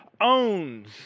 owns